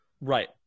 right